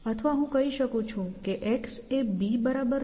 અથવા હું કહી શકું છું કે x એ B બરાબર નથી